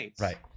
Right